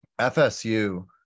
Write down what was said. FSU